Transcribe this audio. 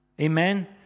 amen